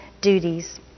duties